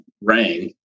rang